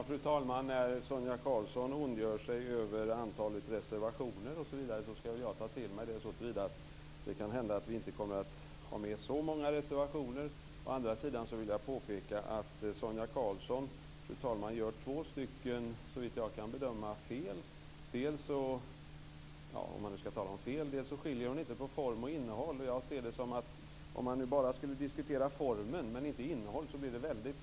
Fru talman! När Sonia Karlsson ondgör sig över antalet reservationer osv. ska väl jag ta till mig det. Det kan hända att vi inte kommer att ha med så många reservationer. Å andra sidan vill jag påpeka att Sonia Karlsson, fru talman, såvitt jag kan bedöma gör två fel, om man nu ska tala om fel. För det första skiljer hon inte på form och innehåll. Som jag ser det blir det väldigt konstigt om man bara skulle diskutera formen och inte innehållet.